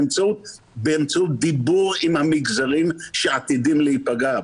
באמצעות דיבור עם המגזרים שעתידים להיפגע,